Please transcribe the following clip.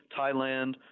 Thailand